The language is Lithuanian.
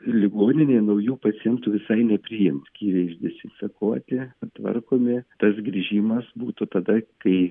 ligoninė naujų pacientų visai nepriims skyriai išdezinfekuoti tvarkomi tas grįžimas būtų tada kai